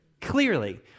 clearly